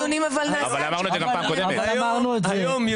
כמה דיונים אבל נעשה --- היום יוצא